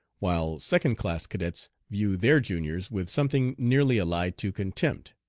while second-class cadets view their juniors with something nearly allied to contempt,